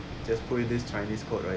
just put with this chinese quote right